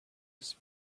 his